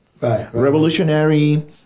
Revolutionary